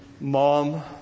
Mom